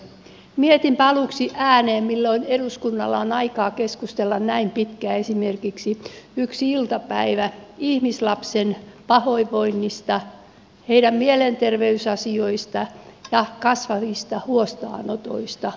mietinpä aluksi ääneen milloin eduskunnalla on aikaa keskustella näin pitkään esimerkiksi yksi iltapäivä ihmislasten pahoinvoinnista heidän mielenterveysasioistaan ja kasvavista huostaanotoista